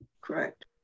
Correct